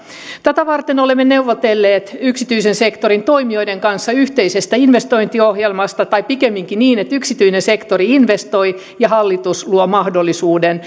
tätä varten olemme neuvotelleet yksityisen sektorin toimijoiden kanssa yhteisestä investointiohjelmasta tai pikemminkin niin että yksityinen sektori investoi ja hallitus luo mahdollisuuden